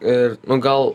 ir nu gal